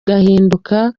ugahinduka